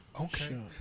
Okay